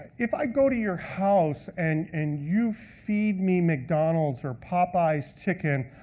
if i go to your house and and you feed me mcdonald's or popeye's chicken,